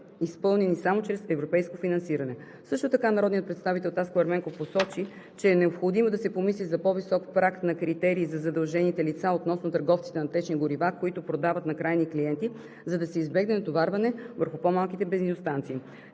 изпълнение само чрез европейско финансиране. Също така народният представител Таско Ерменков посочи, че е необходимо да се помисли за по-висок праг на критерии за задължените лица относно търговците на течни горива, които продават на крайни клиенти, за да се избегне натоварване върху по малките бензиностанции.